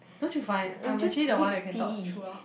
don't you find I'm actually the one that can talk throughout